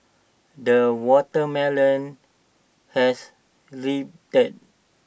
the watermelon has